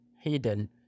hidden